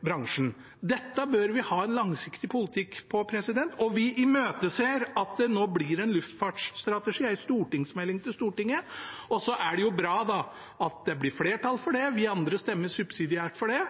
bransjen. Dette bør vi ha en langsiktig politikk for, og vi imøteser at det nå blir en luftfartsstrategi, en stortingsmelding til Stortinget. Det er bra at det blir flertall for det. Vi andre stemmer subsidiært for det,